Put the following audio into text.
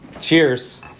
cheers